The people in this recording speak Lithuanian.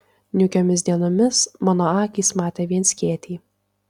niūkiomis dienomis mano akys matė vien skėtį